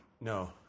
No